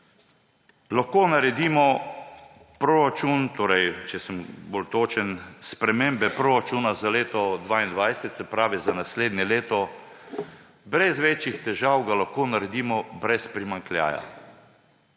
bolj točen, spremembe proračuna za leto 2022, se pravi za naslednje leto, brez večjih težav ga lahko naredimo brez primanjkljaja.